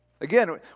Again